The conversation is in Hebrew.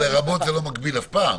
לרבות זה לא מגביל אף פעם.